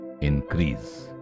increase